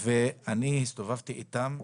הסתובבתי איתם,